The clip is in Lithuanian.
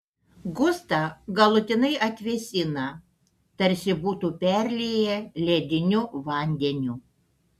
gustą galutinai atvėsina tarsi būtų perlieję lediniu vandeniu